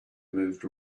moved